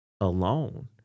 alone